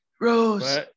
Rose